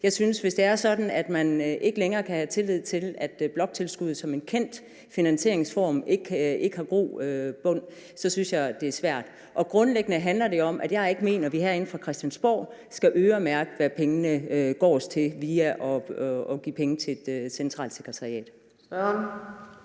Hvis det er sådan, at man ikke længere kan have tillid til, at bloktilskuddet som en kendt finansieringsform har grobund, så synes jeg, det er svært. Grundlæggende handler det om, at jeg ikke mener, at vi herinde fra Christiansborg skal øremærke, hvad pengene går til, ved at give penge til et centralt sekretariat.